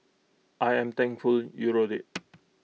I am thankful you wrote IT